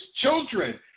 children